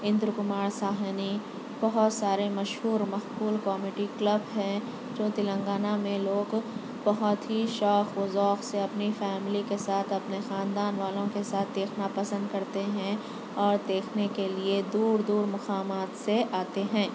اندرکمار ساہنی بہت سارے مشہور و مقبول کامیڈی کلب ہیں جو تلنگانہ میں لوگ بہت ہی شوق و ذوق سے اپنی فیملی کے ساتھ اپنے خاندان والوں کے ساتھ دیکھنا پسند کرتے ہیں اور دیکھنے کے لیے دور دور مقامات سے آتے ہیں